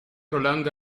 roland